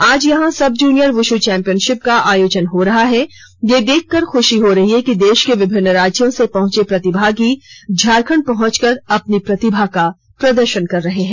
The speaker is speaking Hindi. आज यहां सब जूनियर बुश् चौंपियनशिप का आयोजन हो रहा है यह देख कर खुशी हो रही है कि देश के विभिन्न राज्यों से पहुंचे प्रतिभागी झारखंड पहुंच कर अपने प्रतिभा का प्रदर्शन कर रहे हैं